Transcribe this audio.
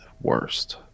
worst